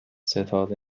ستاد